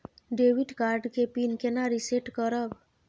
Debit card के pin केना reset करब?